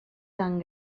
tan